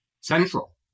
central